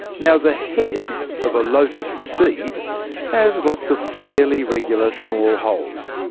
now the head of a lotus seed has lots of fairly regular small holes.